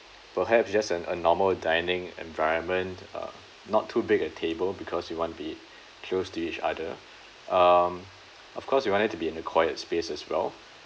perhaps just an a normal dining environment uh not too big a table because we want be close to each other um of course we want it to be in a quiet space as well